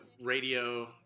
radio